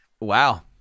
Wow